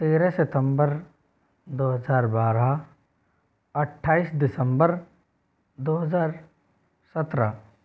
तेरह सितम्बर दो हजार बारह अठाईस दिसंबर दो हजार सत्रह